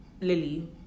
lily